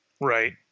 Right